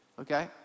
okay